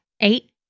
eight